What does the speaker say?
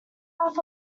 half